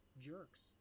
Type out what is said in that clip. jerks